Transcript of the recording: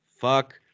fuck